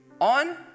on